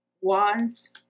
wands